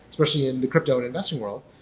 especially in the crypto and investing world.